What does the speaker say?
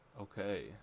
Okay